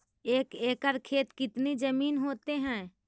एक एकड़ खेत कितनी जमीन होते हैं?